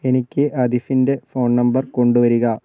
എനിക്ക് അതിഫിന്റെ phone number കൊണ്ടുവരിക